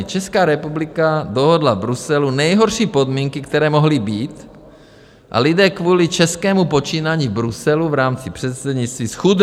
Česká republika dohodla v Bruselu nejhorší podmínky, které mohly být, a lidé kvůli českému počínání v Bruselu v rámci českého předsednictví zchudnou.